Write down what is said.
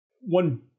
One